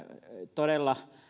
todella